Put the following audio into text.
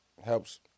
helps